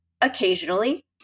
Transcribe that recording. occasionally